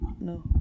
No